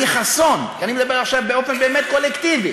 אני חסון, ואני מדבר עכשיו באופן באמת קולקטיבי.